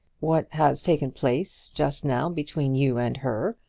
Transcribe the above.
what has taken place just now between you and her,